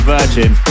Virgin